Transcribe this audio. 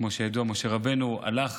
כמו שידוע, משה רבנו הלך